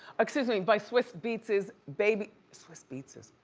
excuse me, by swizz beatz's baby, swizz beatz's?